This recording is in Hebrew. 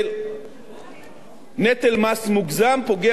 נטל מס מוגזם פוגע בכלכלה וגם באזרחים.